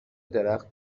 درخت